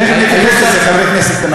תכף נתייחס לזה, חברת הכנסת.